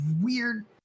weird